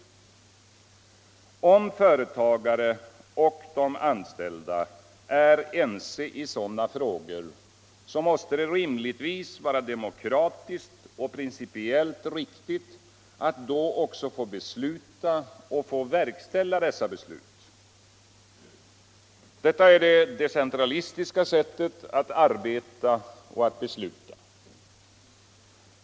Om företagare och anställda är ense i sådana frågor måste det rimligtvis vara demokratiskt och principiellt riktigt att de också får besluta och verkställa besluten. Detta är det decentralistiska sättet att arbeta och besluta.